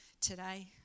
today